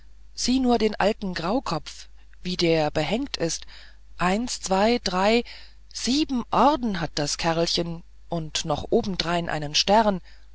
sieh nur den alten graukopf wie der behängt ist eins zwei drei sieben orden hat das kerlchen und noch obendrein einen stern